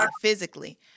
physically